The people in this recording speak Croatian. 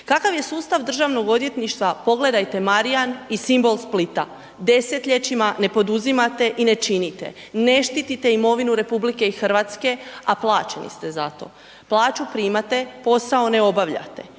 Kakav je sustav državnog odvjetništva pogledajte Marjan i simbol Splita, desetljećima ne poduzimate i ne činite, ne štitite imovinu RH, a plaćeni ste za to, plaću primate, posao ne obavljate.